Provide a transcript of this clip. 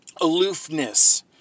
aloofness